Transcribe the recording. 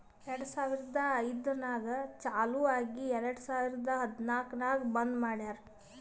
ಎರಡು ಸಾವಿರದ ಐಯ್ದರ್ನಾಗ್ ಚಾಲು ಆಗಿ ಎರೆಡ್ ಸಾವಿರದ ಹದನಾಲ್ಕ್ ನಾಗ್ ಬಂದ್ ಮಾಡ್ಯಾರ್